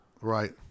Right